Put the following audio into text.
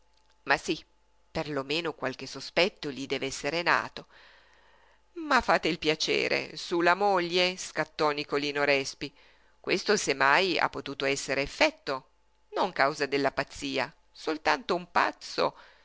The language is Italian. per lo meno qualche sospetto gli deve esser nato ma fate il piacere su la moglie scattò nicolino respi questo se mai ha potuto essere effetto non causa della pazzia soltanto un pazzo